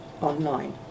online